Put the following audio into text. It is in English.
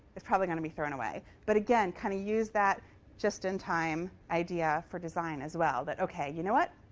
it's probably going to be thrown away. but again, kind of use that just-in-time idea for design as well. that ok, you know what?